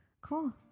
Cool